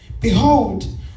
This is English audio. behold